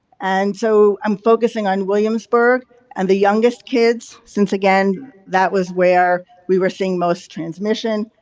and so, i'm focusing on williamsburg and the youngest kids since again that was where we were seeing most transmission,